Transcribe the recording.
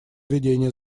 ведения